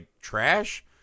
trash